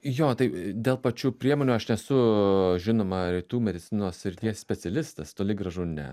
jo tai dėl pačių priemonių aš nesu žinoma rytų medicinos srities specialistas toli gražu ne